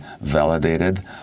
validated